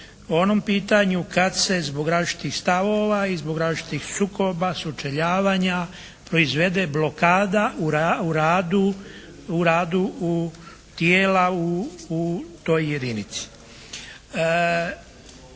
o onom pitanju kad se zbog različitih stavova i zbog različitih sukoba, sučeljavanja proizvede blokada u radu, u radu tijela u toj jedinici.